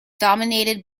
dominated